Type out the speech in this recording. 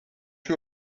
you